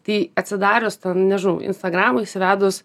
tai atsidarius nežinai instagramą įsivedus